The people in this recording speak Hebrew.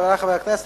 חברי חברי הכנסת,